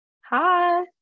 Hi